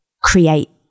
create